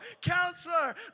Counselor